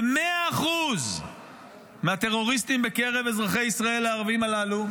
100% מהטרוריסטים בקרב אזרחי ישראל הערבים הללו,